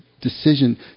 decision